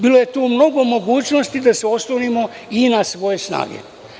Bilo je tu mnogo mogućnosti da se oslonimo i na svoje snage.